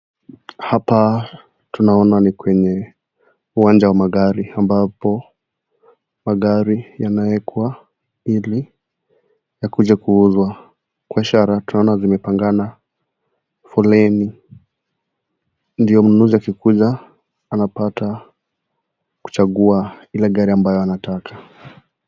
Hapa tunaona ni kwenye uwanja wa magari , ambapo magari yanawekwa ili yakuje kuuzwa. Kwa ishara tunaona zimepangana foleni ndio mnunuzi akikuja anapata kuchagua ile gari ambayo anataka.